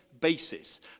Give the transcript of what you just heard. basis